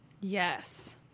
yes